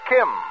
Kim